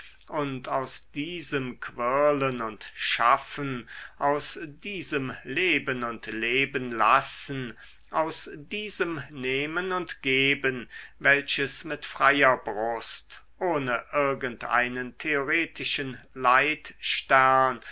und aus diesem quirlen und schaffen aus diesem leben und lebenlassen aus diesem nehmen und geben welches mit freier brust ohne irgend einen theoretischen